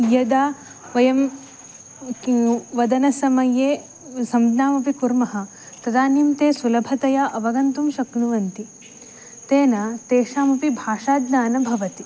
यदा वयं किं वदनसमये संज्ञामपि कुर्मः तदानीं ते सुलभतया अवगन्तुं शक्नुवन्ति तेन तेषामपि भाषाज्ञानं भवति